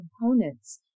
components